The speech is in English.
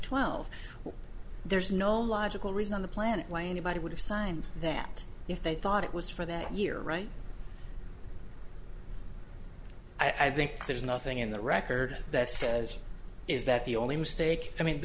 twelve there's no logical reason on the planet way nobody would have signed that if they thought it was for that year right i think there's nothing in the record that says is that the only mistake i mean